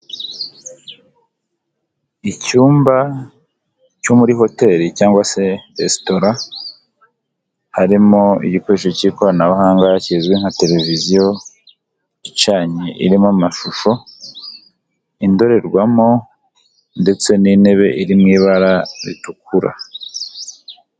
Icyumba cyo muri Hotel cyangwa se Resitora, harimo igikoresho cy'ikoranabuhanga kizwi nka televiziyo icanye irimo amashusho, indorerwamo ndetse n'intebe iri mu ibara ritukura.